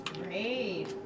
Great